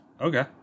Okay